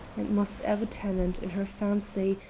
and must ever tenant, in her fancy,